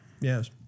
Yes